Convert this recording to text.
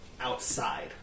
outside